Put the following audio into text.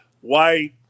white